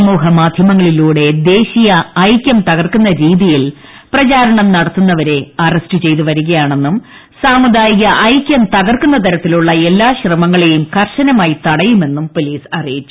സമൂഹമാധ്യമങ്ങളിലൂടെ ദേശീയ ഐക്യം തകർക്കുന്ന രീതിയിൽ പ്രചാരണം നടത്തുന്നവരെ അറസ്റ്റ് ചെയ്ത് വരികയാണെന്നും സാമുദായിക ഐക്യം തകർക്കുന്ന തരത്തിലുള്ള എല്ലാ ശ്രമങ്ങളെയും കർശനമായി തടയുമെന്നും പോലീസ് അറിയിച്ചു